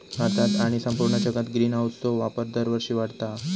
भारतात आणि संपूर्ण जगात ग्रीनहाऊसचो वापर दरवर्षी वाढता हा